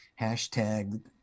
hashtag